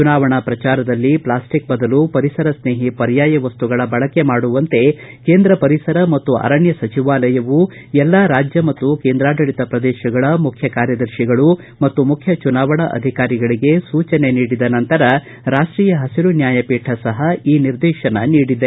ಚುನಾವಣಾ ಪ್ರಚಾರದಲ್ಲಿ ಪ್ಲಾಸ್ಟಿಕ್ ಬದಲು ಪರಿಸರ ಸ್ನೇಹಿ ಪರ್ಯಾಯ ವಸ್ತುಗಳ ಬಳಕೆ ಮಾಡುವಂತೆ ಕೇಂದ್ರ ಪರಿಸರ ಮತ್ತು ಅರಣ್ಣ ಸಚಿವಾಲಯವೂ ಎಲ್ಲ ರಾಜ್ಯ ಮತ್ತು ಕೇಂದ್ರಾಡಳಿತ ಶ್ರದೇಶಗಳ ಮುಖ್ಯ ಕಾರ್ಯದರ್ತಿಗಳು ಮತ್ತು ಮುಖ್ಯ ಚುನಾವಣಾ ಅಧಿಕಾರಿಗಳಿಗೆ ಸೂಚನೆ ನೀಡಿದ ನಂತರ ರಾಷ್ವೀಯ ಹಸಿರು ನ್ಯಾಯಪೀಠ ಸಹ ಈ ನಿರ್ದೇಶನ ನೀಡಿದೆ